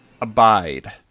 Abide